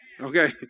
Okay